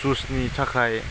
जुइसनि थाखाय